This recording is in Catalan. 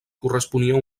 corresponia